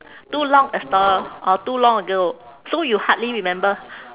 too long a sto~ or too long ago so you hardly remember